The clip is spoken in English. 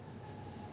ya ya ya